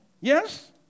Yes